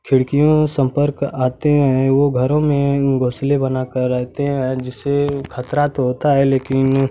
खिड़कियों संपर्क आते हैं ये घरों में घोंसलें बनाकर रहते हैं जिससे खतरा तो होता है लेकिन